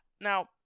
Now